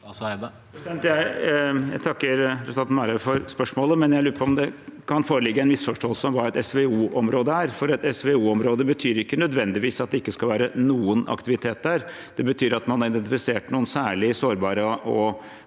Marhaug for spørsmålet. Jeg lurer på om det kan foreligge en misforståelse om hva et SVO-område er, for SVO-område betyr ikke nødvendigvis at det ikke skal være noen aktivitet der. Det betyr at man har identifisert noen særlig sårbare og